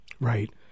Right